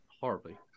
horribly